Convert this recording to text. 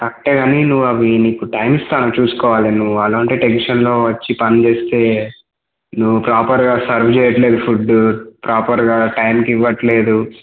కరక్టే కానీ నువ్వు అవి నీకు టైమ్ ఇస్తాను చూసుకోవాలి నువ్వు అలాంటి టెన్షన్లో వచ్చి పనిచేస్తే నువ్వు ప్రాపర్గా సర్వ్ చేయట్లేదు ఫుడ్డు ప్రాపర్గా టైంకి ఇవ్వట్లేదు